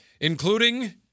including